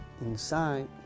inside